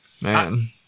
Man